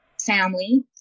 family